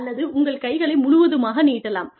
அல்லது உங்கள் கைகளை முழுவதுமாக நீட்டலாம்